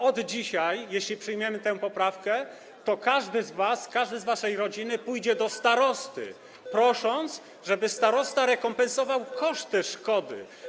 Od dzisiaj, jeśli przyjmiemy tę poprawkę, każdy z was, każdy z waszej rodziny pójdzie do starosty z prośbą, żeby starosta rekompensował koszty dotyczące szkody.